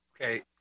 okay